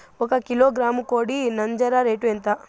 ఒక కిలోగ్రాము కోడి నంజర రేటు ఎంత?